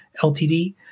Ltd